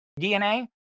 DNA